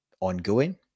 ongoing